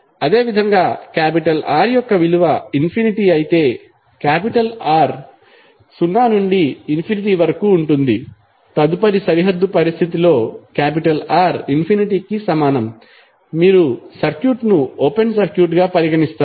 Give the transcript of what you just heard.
అదేవిధంగా R యొక్క విలువ ఇన్ఫినిటీ అయితే R సున్నా నుండి ఇన్ఫినిటీ వరకు ఉంటుంది తదుపరి సరిహద్దు పరిస్థితిలో R ఇన్ఫినిటీ కి సమానం మీరు సర్క్యూట్ను ఓపెన్ సర్క్యూట్గా పరిగణిస్తారు